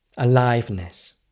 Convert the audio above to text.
Aliveness